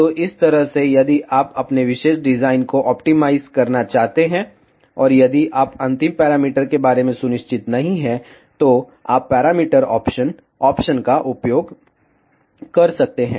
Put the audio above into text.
तो इस तरह से यदि आप अपने विशेष डिज़ाइन को ऑप्टिमाइज़ करना चाहते हैं और यदि आप अंतिम पैरामीटर के बारे में सुनिश्चित नहीं हैं तो आप पैरामीटर ऑप्शन ऑप्शन का उपयोग कर सकते हैं